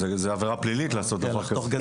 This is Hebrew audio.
זו עבירה פלילית לעשות דבר כזה.